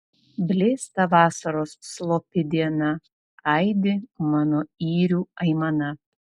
blėsta vasaros slopi diena aidi mano yrių aimana